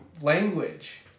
language